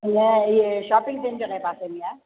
न इहो shopping centre जे पासे में आहे